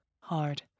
hard